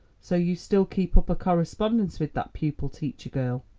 so you still keep up a correspondence with that pupil teacher girl.